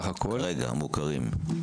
כרגע מוכרים.